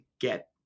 get